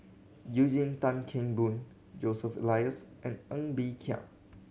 Eugene Tan Kheng Boon Joseph Elias and Ng Bee Kia